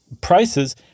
prices